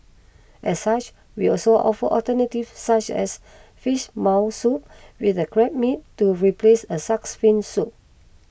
as such we also offer alternatives such as Fish Maw Soup with the Crab Meat to replace a Shark's Fin Soup